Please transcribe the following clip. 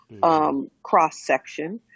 cross-section